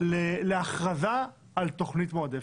להכרזה על תוכנית מועדפת.